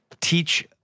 teach